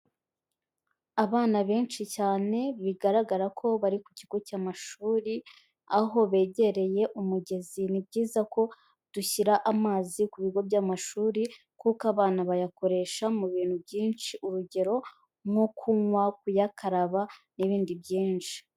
Abana benshi cyane bigaragara ko bari ku kigo cy'amashuri aho begereye umugezi, ni byiza ko dushyira amazi ku bigo by'amashuri kuko abana bayakoresha mu bintu byinshi, urugero nko kunywa, kuyakaraba n'ibindi byinshi.